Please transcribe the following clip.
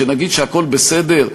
שנגיד שהכול בסדר?